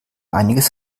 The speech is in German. einiges